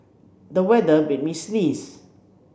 the weather made me sneeze